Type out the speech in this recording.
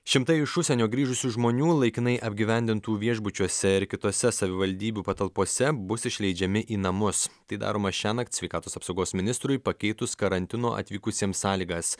šimtai iš užsienio grįžusių žmonių laikinai apgyvendintų viešbučiuose ir kitose savivaldybių patalpose bus išleidžiami į namus tai daroma šiąnakt sveikatos apsaugos ministrui pakeitus karantino atvykusiems sąlygas